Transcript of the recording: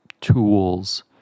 tools